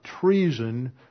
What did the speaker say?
treason